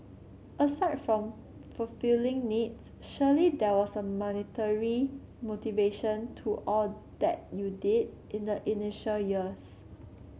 aside from fulfilling needs surely there was a monetary motivation to all that you did in the initial years